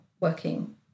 working